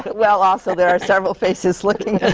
well, also there are several faces looking